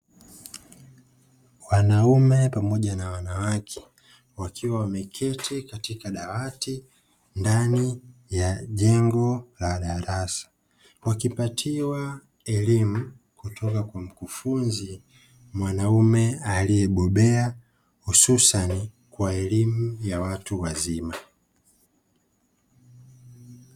Wanaume pamoja na wanawake wakiwa wameketi katika dawati ndani ya jengo la darasa, wakipatiwa elimu kutoka kwa mkufunzi mwanamume aliyebobea hususan kwa elimu ya watu wazima.